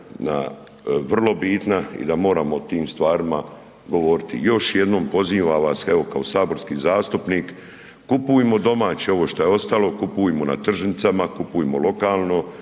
na vrlo bitna i da moramo o tim stvarima govoriti. Još jednom pozivam vas, evo kao saborski zastupnik, kupujmo domaće ovo što je ostalo, kupujmo na tržnicama, kupujmo lokalno,